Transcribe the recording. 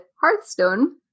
Hearthstone